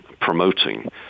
promoting